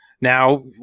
now